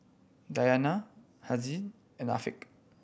Dayana Haziq and Afiq